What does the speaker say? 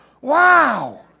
Wow